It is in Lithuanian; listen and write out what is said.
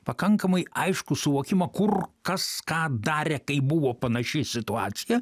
pakankamai aiškų suvokimą kur kas ką darė kai buvo panaši situacija